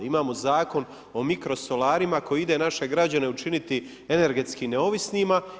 Imamo zakon o mikrosolarima koji ide naše građane učiniti energetski neovisnima.